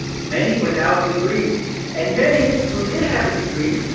many without degrees and many who did have a degree,